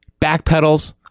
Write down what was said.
backpedals